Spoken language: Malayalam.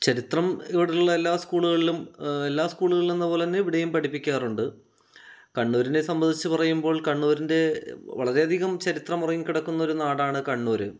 ചരിത്രം ഇവിടെയുള്ള എല്ലാ സ്കൂളുകളിലും എല്ലാ സ്കൂളുകളിലെന്ന പോലെ തന്നെ ഇവിടെയും പഠിപ്പിക്കാറുണ്ട് കണ്ണൂരിനെ സംബന്ധിച്ച് പറയുമ്പോൾ കണ്ണൂരിൻ്റെ വളരെ അധികം ചരിത്രം ഉറങ്ങി കിടക്കുന്ന ഒരു നാടാണ് കണ്ണൂര്